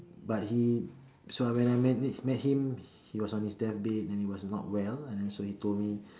but he so when I met him he was on his deathbed and he was not well and then so he told me